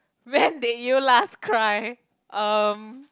when did you last cry um